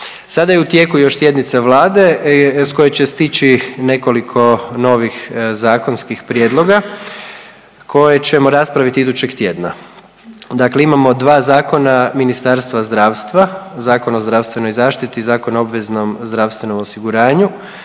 Sada je u tijeku još sjednica Vlade s koje će stići nekoliko novih zakonskih prijedloga koje ćemo raspraviti idućeg tjedna. Dakle, imamo dva zakona Ministarstva zdravstva Zakon o zdravstvenoj zaštiti i Zakon o obveznom zdravstvenom osiguranju,